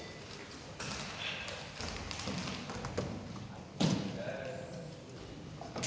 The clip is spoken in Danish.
Tak